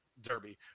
Derby